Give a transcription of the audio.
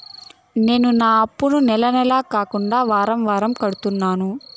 నేను నా అప్పుని నెల నెల కాకుండా వారం వారం కడుతున్నాను